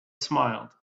smiled